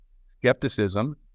skepticism